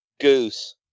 Goose